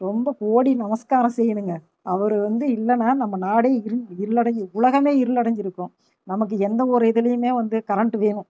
ரொம்ப கோடி நமஸ்காரம் செய்யணும்ங்க அவர் வந்து இல்லைனா நம்ம நாடே இரு இருள் அடைஞ்சி உலகமே இருளடஞ்சு இருக்கும் நமக்கு எந்த ஒரு இதுலையுமே வந்து கரண்டு வேணும்